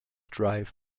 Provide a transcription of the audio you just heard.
drive